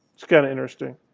it's kind of interesting.